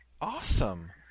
Awesome